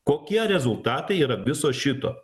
kokie rezultatai yra viso šito